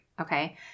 okay